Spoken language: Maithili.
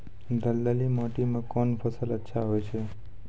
दलदली माटी म कोन फसल अच्छा होय छै?